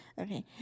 Okay